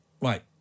right